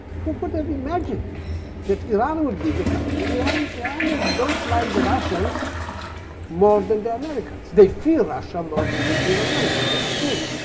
who could have imagined that iran would be the country and iranians don't like the russians more than the americans. they fear russia more than they fear america. that's true.